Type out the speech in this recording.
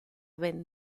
ben